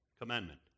Commandment